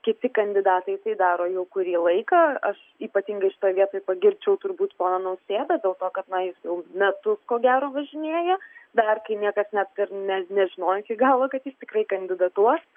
kiti kandidatai tai daro jau kurį laiką aš ypatingai šitoj vietoj pagirčiau turbūt poną nausėdą dėl to kad na jis jau metus ko gero važinėja dar kai niekas net ir ne nežinojo iki galo kad jis tikrai kandidatuos